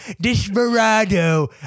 Desperado